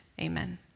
Amen